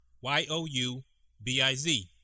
Y-O-U-B-I-Z